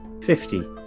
Fifty